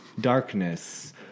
darkness